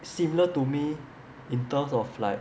similar to me in terms of like